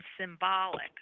symbolic